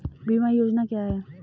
बीमा योजना क्या है?